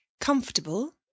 comfortable